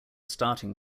starting